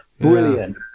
brilliant